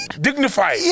Dignified